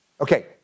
Okay